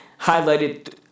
highlighted